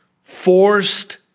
forced